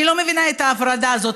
אני לא מבינה את ההפרדה הזאת,